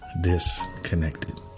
disconnected